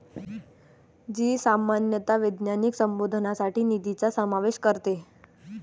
जी सामान्यतः वैज्ञानिक संशोधनासाठी निधीचा समावेश करते